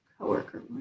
coworker